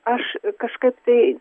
aš kažkaip tai